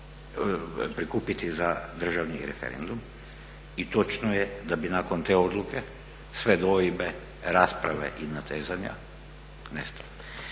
prikupiti za državni referendum. I točno je da bi nakon te odluke sve dvojbe, rasprave i natezanja nestala.